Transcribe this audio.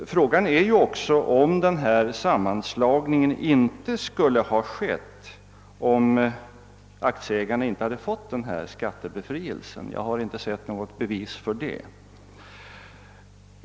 Frågan är också, om sammanslagningen skulle ha skett om aktieägarna inte hade fått denna skattebefrielse. Jag har inte sett något bevis för det.